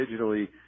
digitally